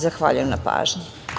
Zahvaljujem na pažnji.